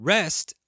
Rest